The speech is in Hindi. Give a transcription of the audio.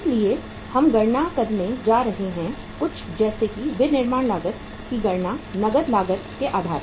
इसलिए हम गणना करने जा रहे हैं विनिर्माण लागत की नगद लागत के आधार पर